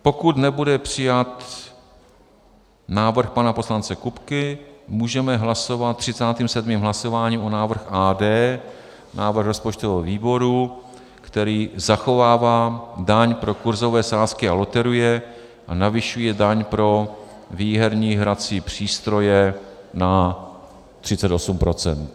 Pokud nebude přijat návrh pana poslance Kupky, můžeme hlasovat 37. hlasováním o návrhu A.D návrh rozpočtového výboru, který zachovává daň pro kurzové sázky a loterie a navyšuje daň pro výherní hrací přístroje na 38 %.